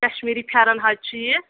کَشمیٖری پھٮ۪ران حظ چھِ یہِ